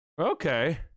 Okay